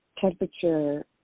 temperature